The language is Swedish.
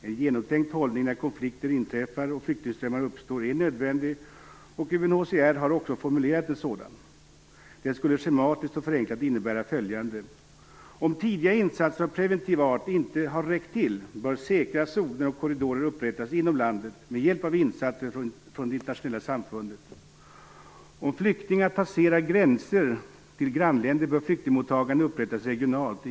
En genomtänkt hållning när konflikter inträffar och flyktingströmmar uppstår är nödvändig, och UNHCR har också formulerat en sådan. Den skulle schematiskt och förenklat innebära följande. Om tidiga insatser av preventiv art inte har räckt till bör säkra zoner och korridorer upprättas inom landet med hjälp av insatser från det internationella samfundet. Om flyktingar passerar gränser till grannländer bör flyktingmottagande upprättas regionalt.